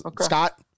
Scott